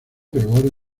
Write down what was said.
gregorio